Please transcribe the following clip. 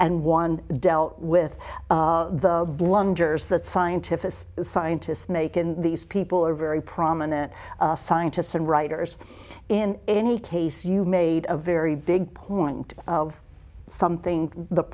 and one dealt with the blunders that scientific scientists make and these people are very prominent scientists and writers in any case you made a very big point of something the